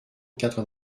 quatre